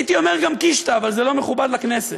הייתי אומר גם קישטה, אבל זה לא מכובד לכנסת.